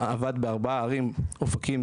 עבד בארבעה ערים אופקים,